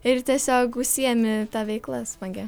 ir tiesiog užsiėmi ta veikla smagia